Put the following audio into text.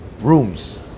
rooms